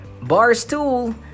Barstool